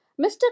Mr